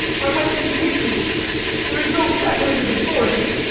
i must be patient there is no fettering of authority.